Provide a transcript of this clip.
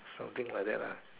something like that lah